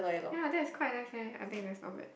ya that is quite nice eh I think that is not bad